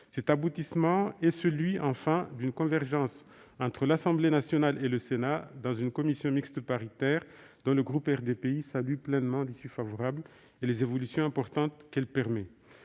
Cet aboutissement marque enfin une convergence entre l'Assemblée nationale et le Sénat, après une commission mixte paritaire dont le groupe RDPI salue pleinement l'issue favorable et les évolutions importantes qu'elle permet.